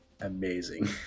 amazing